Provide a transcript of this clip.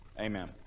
Amen